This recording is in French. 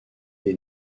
des